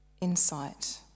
insight